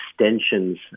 extensions